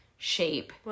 shape